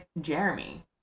Jeremy